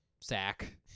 sack